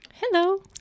Hello